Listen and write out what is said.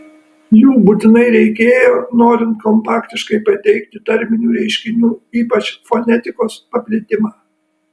jų būtinai reikėjo norint kompaktiškai pateikti tarminių reiškinių ypač fonetikos paplitimą